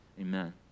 amen